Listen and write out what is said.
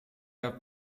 der